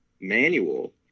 manual